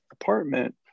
apartment